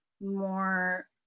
more